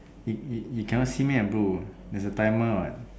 it it it cannot see meh bro there's a timer what